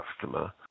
customer